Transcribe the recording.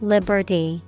Liberty